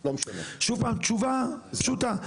שוב, תשובה פשוטה.